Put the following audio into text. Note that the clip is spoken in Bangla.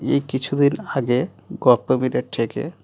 এই কিছুদিন আগে গল্প মীরের থেকে